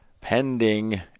pending